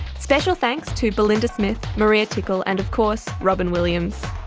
special thanks to belinda smith, maria tickle, and of course, robyn williams.